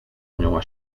anioła